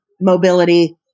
mobility